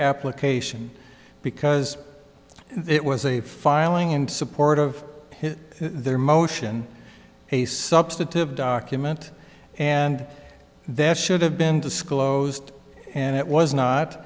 application because it was a filing in support of their motion a substantive document and that should have been disclosed and it was not